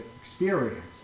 experience